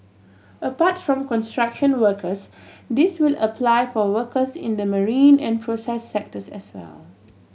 apart from construction workers this will apply for workers in the marine and process sectors as well